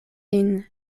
lin